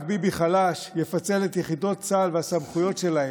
רק ביבי חלש יפצל את יחידות צה"ל והסמכויות שלהן,